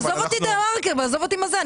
עזוב אותי דה-מרקר ועזוב אותי מזה,